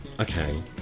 Okay